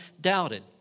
doubted